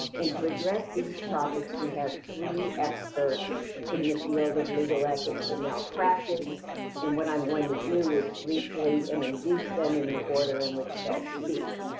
to address these topics, we have three experts in the field of legal ethics and malpractice and what i'm going to do is briefly introduce them in the order in which they'll speak.